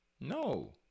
no